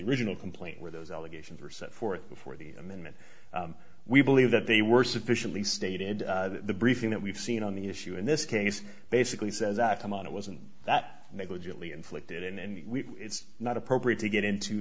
original complaint where those allegations were set forth before the amendment we believe that they were sufficiently stated the briefing that we've seen on the issue in this case basically says that come on it wasn't that may go gently inflicted and we it's not appropriate to get into